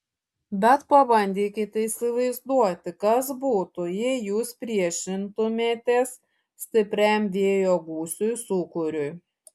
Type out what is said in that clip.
bet pabandykite įsivaizduoti kas būtų jei jūs priešintumėtės stipriam vėjo gūsiui sūkuriui